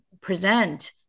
present